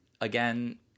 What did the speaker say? Again